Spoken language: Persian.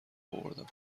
اوردم